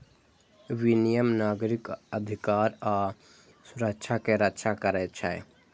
विनियम नागरिक अधिकार आ सुरक्षा के रक्षा करै छै